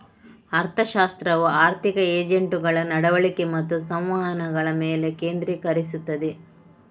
ಅರ್ಥಶಾಸ್ತ್ರವು ಆರ್ಥಿಕ ಏಜೆಂಟುಗಳ ನಡವಳಿಕೆ ಮತ್ತು ಸಂವಹನಗಳ ಮೇಲೆ ಕೇಂದ್ರೀಕರಿಸುತ್ತದೆ